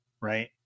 Right